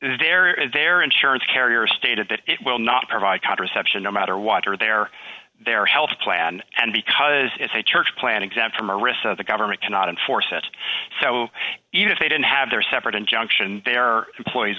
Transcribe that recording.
is their insurance carrier stated that it will not provide contraception no matter what are they or their health plan and because it's a church plan exempt from arista the government cannot enforce it so even if they didn't have their separate injunction they are employees